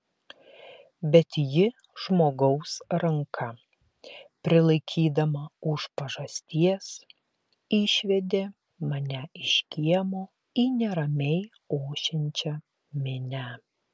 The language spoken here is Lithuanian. bet ji žmogaus ranka prilaikydama už pažasties išvedė mane iš kiemo į neramiai ošiančią minią